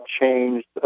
changed